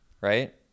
right